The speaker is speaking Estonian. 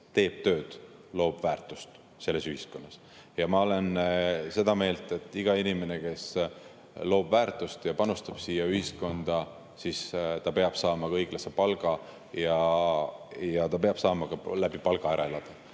teeb tööd, loob väärtust ühiskonnas, ja ma olen seda meelt, et iga inimene, kes loob väärtust ja panustab siia ühiskonda, peab saama ka õiglase palga ja peab saama ka palgaga ära elada.